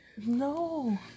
No